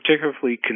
particularly